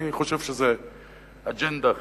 אני חושב שזה אג'נדה אחרת.